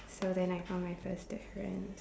so then I found my first difference